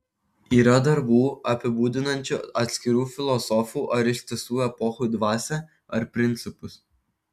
yra darbų apibūdinančių atskirų filosofų ar ištisų epochų dvasią ar principus